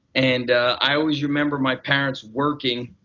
and i always remember my parents working.